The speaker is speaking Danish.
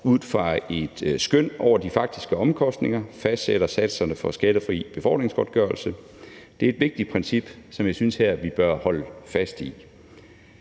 ud fra et skøn over de faktiske omkostninger fastsætter satserne for skattefri befordringsgodtgørelse. Det er et vigtigt princip, som jeg synes vi her bør holde fast i.